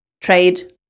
trade